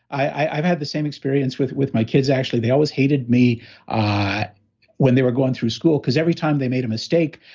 i've had the same experience with with my kids actually, they always hated me ah when they were going through school, because every time they made a mistake,